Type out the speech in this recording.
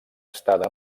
estada